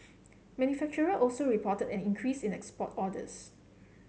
manufacturers also reported an increase in export orders